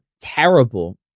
terrible